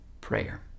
prayer